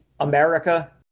America